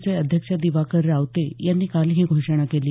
चे अध्यक्ष दिवाकर रावते यांनी काल ही घोषणा केली